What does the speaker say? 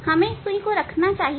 हमें इस सुई को रखना चाहिए